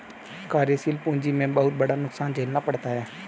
कार्यशील पूंजी में बहुत बड़ा नुकसान झेलना पड़ता है